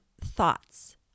thoughts